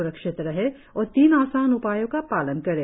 स्रक्षित रहें और तीन आसान उपायों का पालन करें